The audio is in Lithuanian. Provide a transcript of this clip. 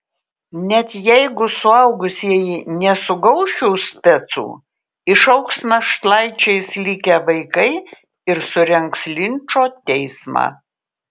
net jeigu suaugusieji nesugaus šių specų išaugs našlaičiais likę vaikai ir surengs linčo teismą